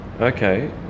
Okay